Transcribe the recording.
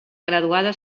graduada